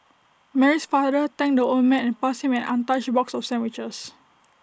Mary's father thanked the old man and passed him an untouched box of sandwiches